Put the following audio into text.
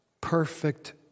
perfect